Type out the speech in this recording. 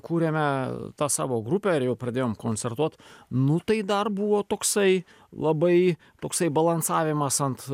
kūrėme tą savo grupę ir jau pradėjom koncertuot nu tai dar buvo toksai labai toksai balansavimas ant